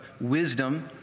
wisdom